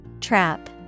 Trap